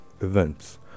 events